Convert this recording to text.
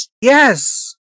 Yes